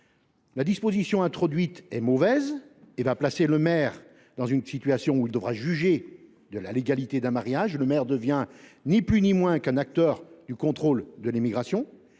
la disposition introduite est mauvaise, car elle place le maire dans une position où il devra juger de la légalité d’un mariage. Elle fait de ce dernier ni plus ni moins qu’un acteur du contrôle de l’immigration.